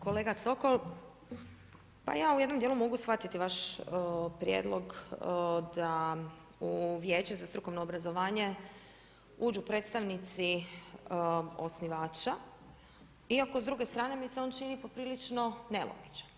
Kolega Sokol, pa ja u jednom dijelu mogu shvatiti vaš prijedlog da u Vijeće za strukovno obrazovanje uđu predstavnici osnivača, iako s druge strane mi se on čini poprilično nelogičan.